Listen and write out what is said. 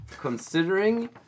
considering